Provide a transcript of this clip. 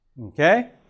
okay